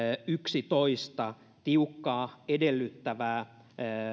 yksitoista tiukkaa edellyttävää